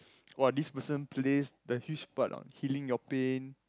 !wah! this person plays the huge part on healing your pain